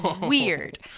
weird